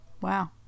wow